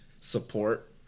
support